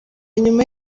nyuma